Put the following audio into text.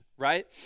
right